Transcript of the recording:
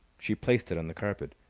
she placed it on the carpet.